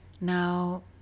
now